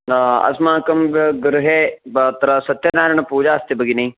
अस्माकं गृहे वा अत्र सत्यनारणपूजा अस्ति भगिनी